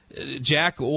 Jack